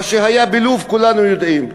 מה שהיה בלוב כולם יודעים.